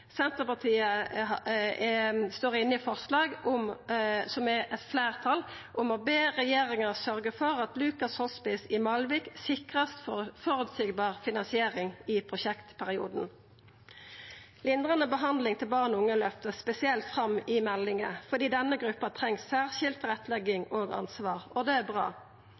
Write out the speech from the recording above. Senterpartiet står inne i eit forslag, som er eit fleirtalsforslag, om å be regjeringa sørgja for at Lukas Hospice i Malvik vert sikra føreseieleg finansiering i prosjektperioden. Lindrande behandling til barn og unge vert løfta spesielt fram i meldinga fordi denne gruppa treng særskild tilrettelegging og ansvar. Det er bra.